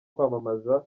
kwamamaza